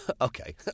Okay